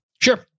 Sure